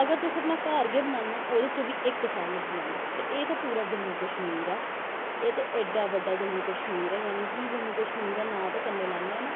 अगर तुस अपनां घर गै बनानें ते उस च बी इक साल लग्गी जंदा ते एह् ते पूरा जम्मू कश्मीर ऐ ते एह् ते एडा बड्डा जम्मू कश्मीर ऐ की जे जम्मू कस्मीर नांऽ ते कन्नैं लैन्नें आं